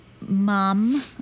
mom